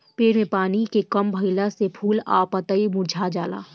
पेड़ में पानी के कम भईला से फूल आ पतई मुरझा जाला